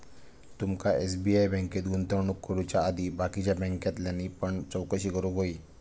तुमका एस.बी.आय बँकेत गुंतवणूक करुच्या आधी बाकीच्या बॅन्कांतल्यानी पण चौकशी करूक व्हयी